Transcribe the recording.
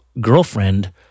girlfriend